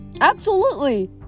Absolutely